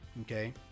Okay